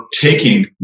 taking